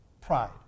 Pride